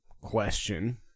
question